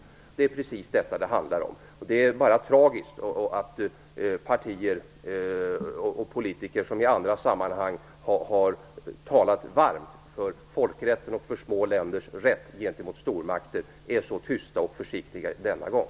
Det är precis detta det handlar om, och det är tragiskt att partier och politiker som i andra sammanhang har talat varmt för folkrätten och för små länders rätt gentemot stormakter är så tysta och försiktiga denna gång.